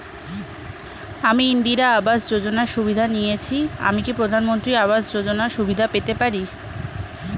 আমি ইন্দিরা আবাস যোজনার সুবিধা নেয়েছি আমি কি প্রধানমন্ত্রী আবাস যোজনা সুবিধা পেতে পারি?